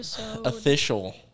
official